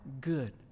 good